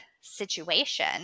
situation